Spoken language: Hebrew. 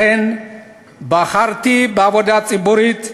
לכן בחרתי בעבודה ציבורית,